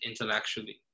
intellectually